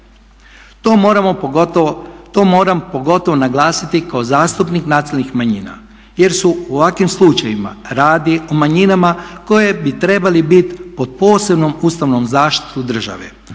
to moram pogotovo naglasiti kao zastupnik nacionalnih manjina jer su u ovakvim slučajevima radi o manjinama koje bi trebale biti pod posebnom ustavnom zaštitom države,